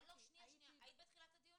לא היית בתחילת הדיון